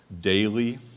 daily